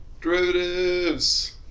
Derivatives